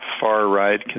far-right